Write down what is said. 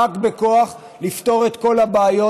לפתור את כל הבעיות,